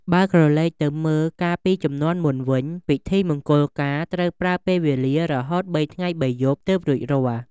បើក្រឡេកទៅមើលកាលពីជំនាន់មុនវិញ ពិធីមង្គលការត្រូវប្រើពេលវេលារហូតបីថ្ងៃបីយប់ទើបរួចរាល់។